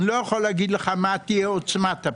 לא יכול לומר לך מה תהיה עוצמת הפיחות.